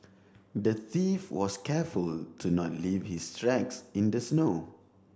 the thief was careful to not leave his tracks in the snow